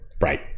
right